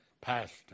pastor